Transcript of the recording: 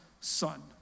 son